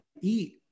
eat